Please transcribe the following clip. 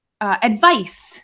advice